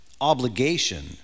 obligation